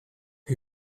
you